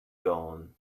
gown